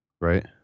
Right